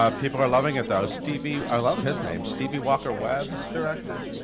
ah people are loving it though. stevie i love his name's stevie walker webb directed.